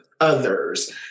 others